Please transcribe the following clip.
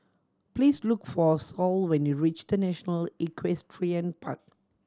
please look for Saul when you reach The National Equestrian Park